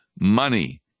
money